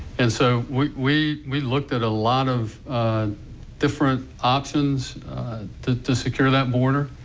and so we we looked at a lot of different options to to secure that border.